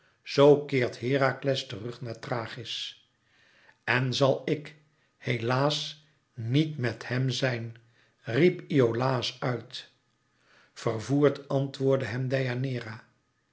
zoo keert herakles terug naar thrachis en zal ik helaas niet met hem zijn riep iolàos uit vervoerd antwoordde hem